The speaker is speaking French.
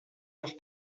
leurs